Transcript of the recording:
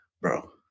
bro